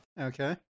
Okay